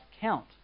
count